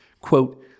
quote